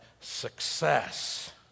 success